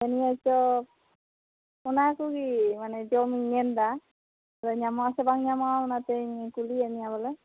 ᱫᱷᱩᱱᱭᱟᱹ ᱪᱚᱯ ᱚᱱᱟ ᱠᱚᱜᱮ ᱢᱟᱱᱮ ᱡᱚᱢᱮᱧ ᱢᱮᱱᱫᱟ ᱟᱫᱚ ᱧᱟᱢᱚᱜᱼᱟᱥᱮ ᱵᱟᱝ ᱧᱟᱢᱚᱜᱼᱟ ᱚᱱᱟᱛᱤᱧ ᱠᱩᱞᱤᱭᱮᱫ ᱢᱮᱭᱟ ᱵᱚᱞᱮ